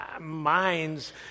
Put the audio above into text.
minds